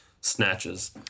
snatches